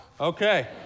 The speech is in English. Okay